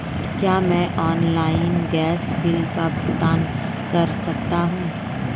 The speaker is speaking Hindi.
क्या मैं ऑनलाइन गैस बिल का भुगतान कर सकता हूँ?